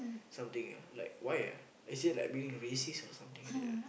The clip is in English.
something ah like why ah is it like being racist or something like that ah